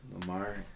Lamar